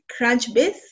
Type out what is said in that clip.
Crunchbase